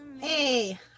Hey